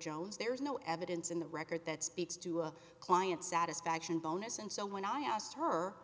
jones there's no evidence in the record that speaks to a client satisfaction bonus and so when i asked her